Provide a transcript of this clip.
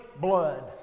blood